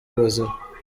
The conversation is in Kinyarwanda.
bazima